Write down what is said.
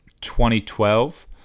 2012